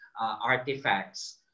artifacts